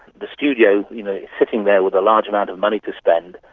the studio's you know sitting there with a large amount of money to spend,